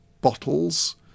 bottles